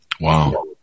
Wow